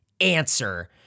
answer